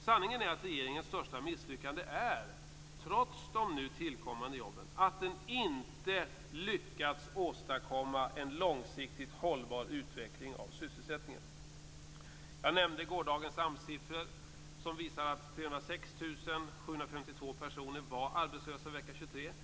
Sanningen är att regeringens största misslyckande är att den inte har lyckats åstadkomma en långsiktigt hållbar utveckling av sysselsättningen, trots de nu tillkommande jobben. Jag nämnde gårdagens AMS-siffror som visar att 306 752 personer var arbetslösa vecka 23.